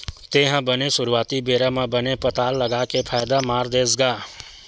तेहा बने सुरुवाती बेरा म बने पताल लगा के फायदा मार देस गा?